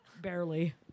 barely